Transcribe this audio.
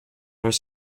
are